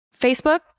Facebook